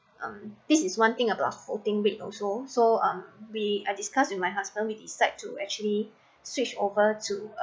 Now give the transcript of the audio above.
um this is one thing about floating rate also so um we I discussed with my husband we decide to actually switched over to uh